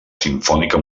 simfònica